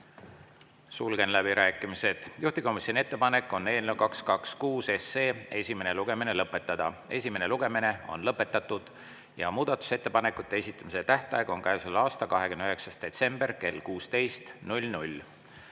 Sulgen läbirääkimised. Juhtivkomisjoni ettepanek on eelnõu 226 esimene lugemine lõpetada. Esimene lugemine on lõpetatud ja muudatusettepanekute esitamise tähtaeg on käesoleva aasta 29. detsember kell 16.